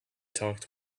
talked